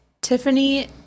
Tiffany